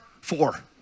four